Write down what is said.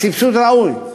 הסבסוד ראוי.